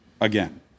again